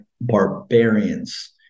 barbarians